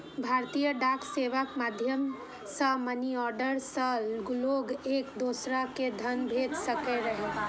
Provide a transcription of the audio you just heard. भारतीय डाक सेवाक माध्यम सं मनीऑर्डर सं लोग एक दोसरा कें धन भेज सकैत रहै